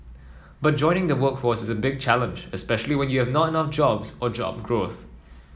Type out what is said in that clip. but joining the workforce is a big challenge especially when you have not enough jobs or job growth